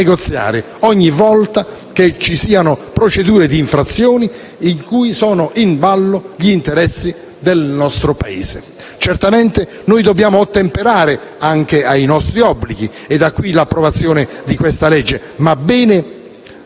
ogni qualvolta ci siano procedure di infrazione che mettono in ballo gli interessi del nostro Paese. Certamente noi dobbiamo ottemperare ai nostri obblighi, e da qui l'approvazione di questa legge, ma bene